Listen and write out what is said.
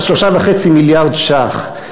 3.5 מיליארד ש"ח.